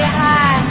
hi